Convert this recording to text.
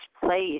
place